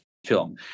Film